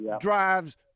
drives